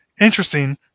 interesting